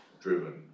driven